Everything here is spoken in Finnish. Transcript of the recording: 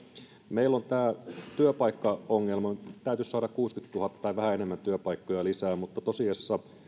meillä on tämä työpaikkaongelma täytyisi saada kuusikymmentätuhatta tai vähän enemmän työpaikkoja lisää mutta tosiasiassa